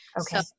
okay